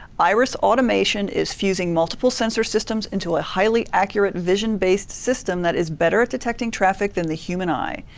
iris automation is fusing multiple sensor systems into a highly accurate vision based system that is better at detecting traffic than the human eye.